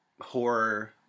horror